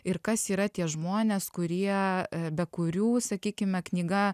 ir kas yra tie žmonės kurie be kurių sakykime knyga